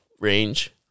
range